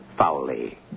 foully